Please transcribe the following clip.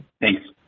Thanks